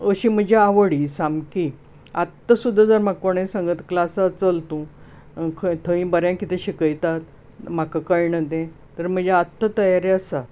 अशी म्हजी आवड ही सामकी आत्तां सुद्दां जर म्हाका कोणें सांगत क्लासा चल तू खं थंय बरें कितें शिकयतात म्हाका कळना तें तर म्हजी आत्तां तयारी आसा